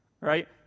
right